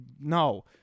No